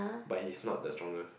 but he's not the strongest